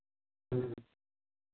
ᱦᱮᱸ